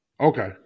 Okay